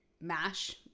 mash